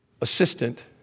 assistant